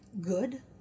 good